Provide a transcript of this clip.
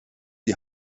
die